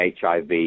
HIV